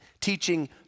teaching